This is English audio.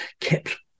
kept